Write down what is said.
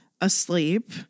asleep